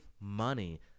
money